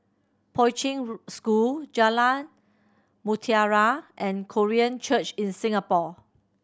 Poi Ching School Jalan Mutiara and Korean Church in Singapore